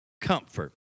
comfort